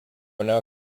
now